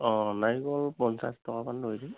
অ' নাৰিকল পঞ্চাছ টকামান ধৰি দিম